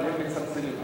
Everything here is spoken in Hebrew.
הם מצמצמים,